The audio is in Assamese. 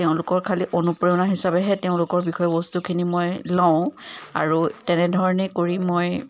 তেওঁলোকৰ খালী অনুপ্ৰেৰণা হিচাপেহে তেওঁলোকৰ বিষ্যবস্তুখিনি মই লওঁ আৰু তেনেধৰণে কৰি মই